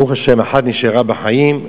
ברוך השם, אחת נשארה בחיים,